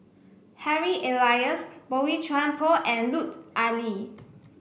Harry Elias Boey Chuan Poh and Lut Ali